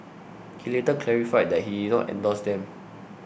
he later clarified that he did not endorse them